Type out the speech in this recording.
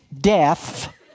death